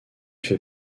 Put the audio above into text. fait